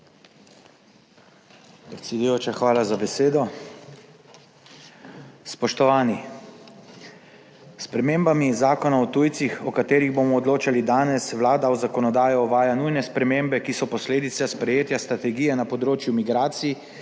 hvala za besedo.